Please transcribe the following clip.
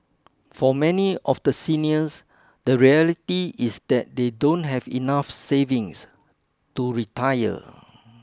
for many of the seniors the reality is that they don't have enough savings to retire